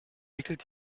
wickelt